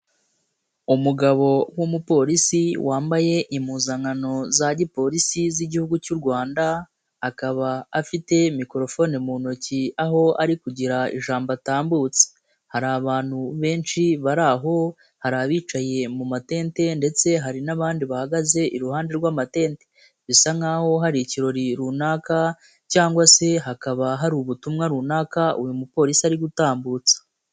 Umugabo w'umupolisi wambaye impuzankano za gipolisi z'Igihugu cy'u Rwanda akaba afite mikorofone mu ntoki aho ari kugira ijambo atambutsa. Hari abantu benshi bari aho, hari abicaye mu matente ndetse hari n'abandi bahagaze iruhande rw'amatente, bisa nkaho hari ikirori runaka cyangwa se hakaba hari ubutumwa runaka uyu mupolisi ari gutambutsa.